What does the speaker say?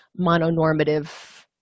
mononormative